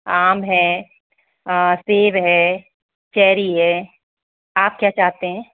आम है सेब है चेरी है आप क्या चाहते हैं